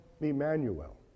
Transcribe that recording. Emmanuel